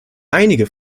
einige